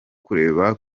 kureba